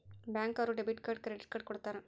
bank ಅವ್ರು debit card credit card ಕೊಡ್ತಾರ